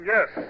Yes